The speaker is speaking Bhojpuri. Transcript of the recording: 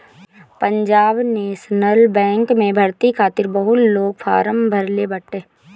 पंजाब नेशनल बैंक में भर्ती खातिर बहुते लोग फारम भरले बाटे